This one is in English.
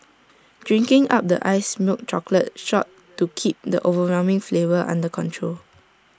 drink up the iced milk chocolate shot to keep the overwhelming flavour under control